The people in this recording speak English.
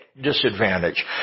disadvantage